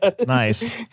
Nice